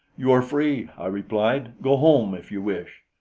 you are free, i replied. go home, if you wish.